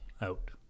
Out